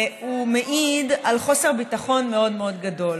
הוא מעיד על חוסר ביטחון מאוד מאוד גדול